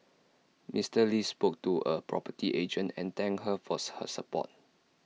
Mister lee spoke to A property agent and thank her for her support